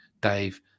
Dave